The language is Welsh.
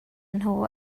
nhw